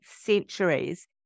centuries